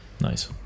nice